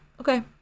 okay